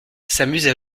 s’amusent